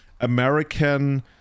American